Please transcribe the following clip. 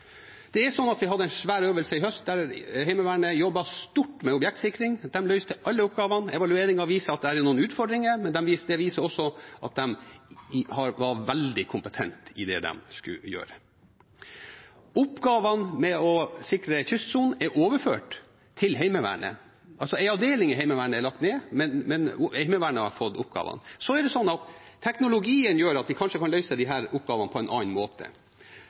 Vi hadde en svær øvelse i høst der Heimevernet jobbet mye med objektsikring. De løste alle oppgavene. Evalueringen viser at det er noen utfordringer, men den viser også at de var veldig kompetente til det de skulle gjøre. Oppgavene med å sikre kystsonen er overført til Heimevernet. Én avdeling i Heimevernet er altså lagt ned, men Heimevernet har fått oppgavene. Så er det sånn at teknologien gjør at vi kanskje kan løse disse oppgavene på en annen måte.